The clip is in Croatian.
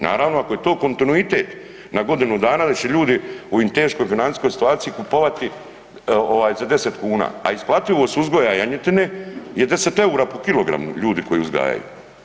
Naravno ako je to kontinuitet na godinu dana da će ljudi u teškoj financijskoj situaciji kupovati za 10 kn a isplativost uzgoja janjetine je 10 eura po kilogramu ljudi koji uzgajaju.